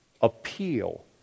appeal